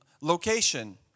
location